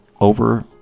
over